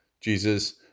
Jesus